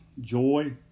joy